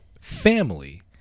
family